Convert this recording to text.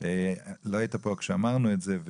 לא היית פה כשאמרנו את זה,